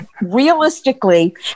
realistically